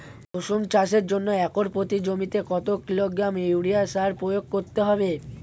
কুসুম চাষের জন্য একর প্রতি জমিতে কত কিলোগ্রাম ইউরিয়া সার প্রয়োগ করতে হবে?